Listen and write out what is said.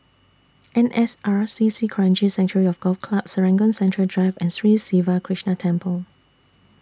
N S R C C Kranji Sanctuary of Golf Club Serangoon Central Drive and Sri Siva Krishna Temple